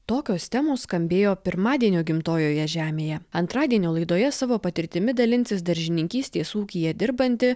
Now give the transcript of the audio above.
tokios temos skambėjo pirmadienio gimtojoje žemėje antradienio laidoje savo patirtimi dalinsis daržininkystės ūkyje dirbanti